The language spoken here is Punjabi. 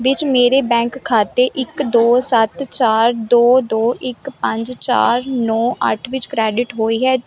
ਵਿੱਚ ਮੇਰੇ ਬੈਂਕ ਖਾਤੇ ਇੱਕ ਦੋ ਸੱਤ ਚਾਰ ਦੋ ਦੋ ਇੱਕ ਪੰਜ ਚਾਰ ਨੌ ਅੱਠ ਵਿੱਚ ਕ੍ਰੈਡਿਟ ਹੋਈ ਹੈ